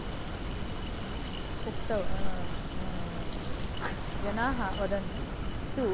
उक् उक्तौ जनाः वदन्ति तु